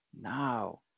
Now